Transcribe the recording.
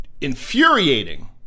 infuriating